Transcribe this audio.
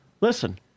listen